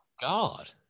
God